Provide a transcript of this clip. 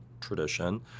tradition